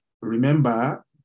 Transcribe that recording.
remember